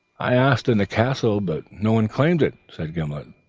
i asked in the castle, but no one claimed it, said gimblet.